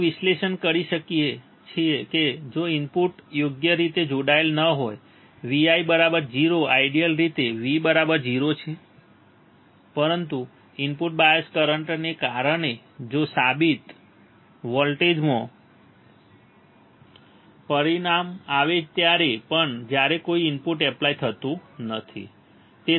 તેનું વિશ્લેષણ કરી શકાય છે કે જો ઇનપુટ યોગ્ય રીતે જોડાયેલ ન હોય VI 0 આઇડિયલ રીતે V 0 છે પરંતુ ઇનપુટ બાયઝ કરંટને કારણે જો સાબિત વોલ્ટેજમાં પરિણામ આવે ત્યારે પણ જ્યારે કોઈ ઇનપુટ એપ્લાય થતું નથી બરાબર